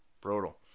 Brutal